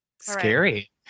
Scary